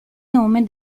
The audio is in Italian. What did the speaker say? nome